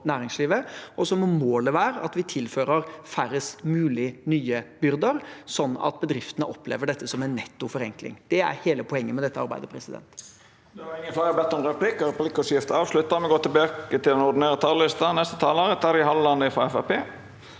må målet være at vi tilfører færrest mulig nye byrder, sånn at bedriftene opplever dette som en netto forenkling. Det er hele poenget med dette arbeidet. Presidenten